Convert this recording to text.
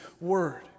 word